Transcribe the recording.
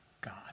God